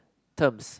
terms